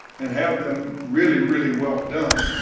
and have them really, really well done.